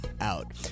out